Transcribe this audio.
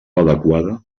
adequada